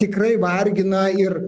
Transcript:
tikrai vargina ir